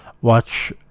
Watch